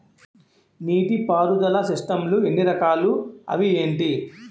నీటిపారుదల సిస్టమ్ లు ఎన్ని రకాలు? అవి ఏంటి?